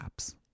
apps